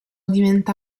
diventa